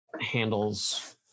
handles